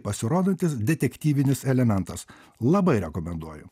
pasirodantis detektyvinis elementas labai rekomenduoju